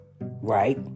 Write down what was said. right